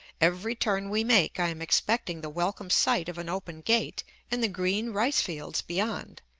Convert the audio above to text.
every turn we make i am expecting the welcome sight of an open gate and the green rice-fields beyond,